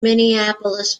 minneapolis